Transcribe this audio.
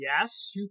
Yes